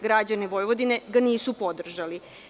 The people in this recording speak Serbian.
Građani Vojvodine ga nisu podržali.